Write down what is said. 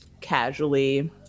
casually